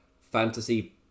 fantasy